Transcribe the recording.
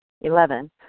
Eleven